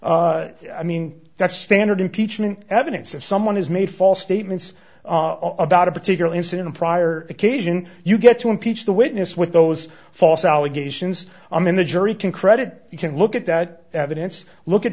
i mean that's standard impeachment evidence of someone who's made false statements about a particular incident prior occasion you get to impeach the witness with those false allegations i mean the jury can credit you can look at that evidence look at